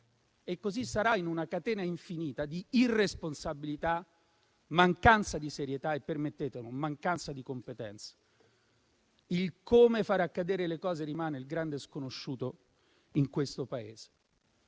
e così sarà in una catena infinita di irresponsabilità, mancanza di serietà e - permettetelo - mancanza di competenza. Come far accadere le cose rimane il grande sconosciuto in questo Paese.